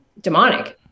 demonic